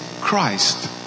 Christ